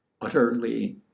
utterly